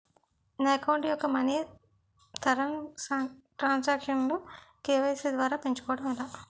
నా అకౌంట్ యెక్క మనీ తరణ్ సాంక్షన్ లు కే.వై.సీ ద్వారా పెంచుకోవడం ఎలా?